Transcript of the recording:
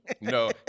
No